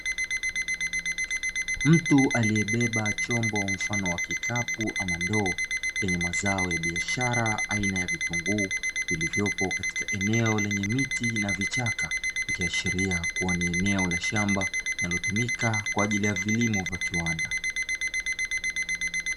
Mtu aliyebeba chombo mfano wa kikapu au ndoo yenye mazao ya biashara aina ya vitunguu vilivyopo katika eneo la miti au vichaka, ikiashiria kuwa ni eneo la shamba linalotumika kwa ajili ya kilimo cha viwanda.